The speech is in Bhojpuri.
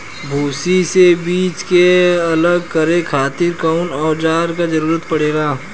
भूसी से बीज के अलग करे खातिर कउना औजार क जरूरत पड़ेला?